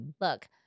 look